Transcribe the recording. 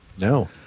No